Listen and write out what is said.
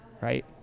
right